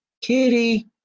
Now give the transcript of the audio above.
Kitty